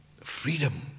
Freedom